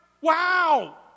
wow